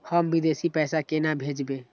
हम विदेश पैसा केना भेजबे?